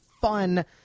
fun